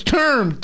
term